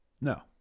no